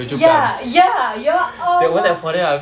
ya ya ya allah